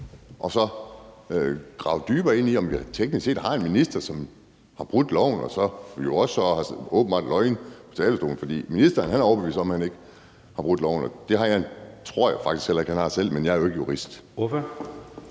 og så grave dybere ned i, om vi teknisk set har en minister, som har brudt loven og så åbenbart løjet fra talerstolen? For ministeren er overbevist om, at han ikke har brudt loven, og det tror jeg faktisk heller ikke selv han har, men jeg er jo ikke jurist.